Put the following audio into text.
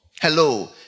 Hello